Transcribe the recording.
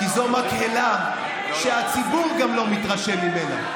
כי זו מקהלה שגם הציבור לא מתרשם ממנה,